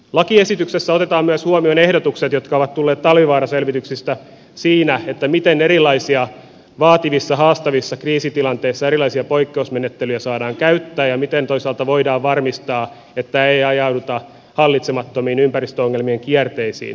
lakiesityksessä otetaan myös huomioon talvivaara selvityksistä tulleet ehdotukset siitä miten vaativissa haastavissa kriisitilanteissa erilaisia poikkeusmenettelyjä saadaan käyttää ja miten toisaalta voidaan varmistaa että ei ajauduta hallitsemattomiin ympäristöongelmien kierteisiin